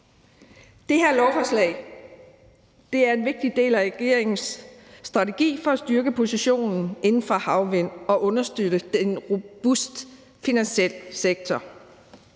Det her lovforslag er en vigtig del af regeringens strategi for at styrke positionen inden for havvind og understøtte den robuste finansielle sektor.